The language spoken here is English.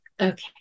Okay